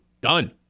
Done